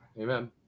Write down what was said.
amen